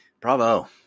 Bravo